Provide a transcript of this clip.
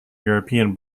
european